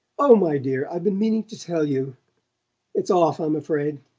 oh, my dear, i've been meaning to tell you it's off, i'm afraid.